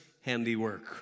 handiwork